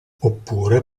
oppure